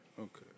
Okay